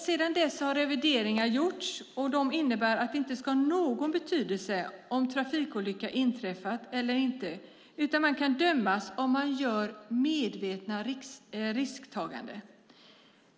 Sedan dess har revideringar gjorts, och de innebär att det inte ska ha någon betydelse om en trafikolycka har inträffat eller inte, utan man kan dömas om man gör ett medvetet risktagande.